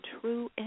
true